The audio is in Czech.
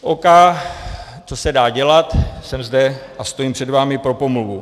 OK, co se dá dělat, jsem zde a stojím před vámi pro pomluvu.